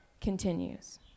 continues